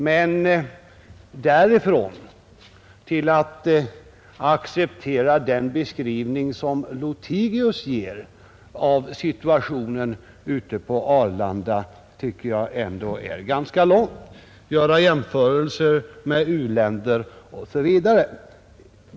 Men därifrån till att acceptera den beskrivning som herr Lothigius ger av situationen ute på Arlanda — han gör jämförelser med u-länder osv. — tycker jag ändå att det är ganska långt.